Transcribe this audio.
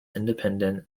independent